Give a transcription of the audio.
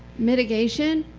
mitigation,